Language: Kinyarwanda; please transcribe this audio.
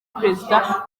perezida